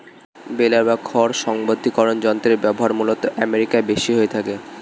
বেলার বা খড় সংঘবদ্ধীকরন যন্ত্রের ব্যবহার মূলতঃ আমেরিকায় বেশি হয়ে থাকে